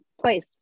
place